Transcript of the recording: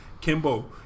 Kimbo